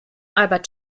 albert